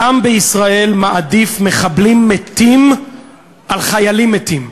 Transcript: העם בישראל מעדיף מחבלים מתים על חיילים מתים.